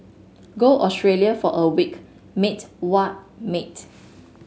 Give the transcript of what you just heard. go Australia for a week mate what mate